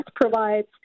provides